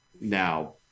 Now